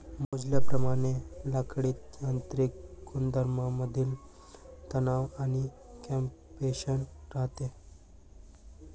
मोजल्याप्रमाणे लाकडीत यांत्रिक गुणधर्मांमधील तणाव आणि कॉम्प्रेशन राहते